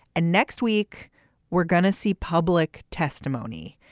and next week we're going to see public testimony.